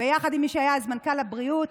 ביחד עם מי שהיה אז מנכ"ל משרד הבריאות